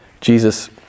Jesus